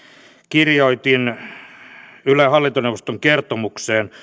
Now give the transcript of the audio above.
kirjoitin ylen hallintoneuvoston kertomukseen